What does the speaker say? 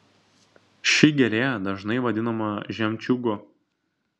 ši gėlė dažnai vadinama žemčiūgu